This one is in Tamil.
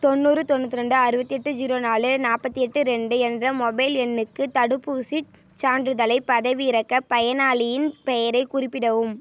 தொண்ணூறு தொண்ணூத்ரெண்டு அறுபத்தெட்டு ஜீரோ நாலு நாற்பத்தி எட்டு ரெண்டு என்ற மொபைல் எண்ணுக்கு தடுப்பூசிச் சான்றிதழைப் பதவிறக்க பயனாளியின் பெயரைக் குறிப்பிடவும்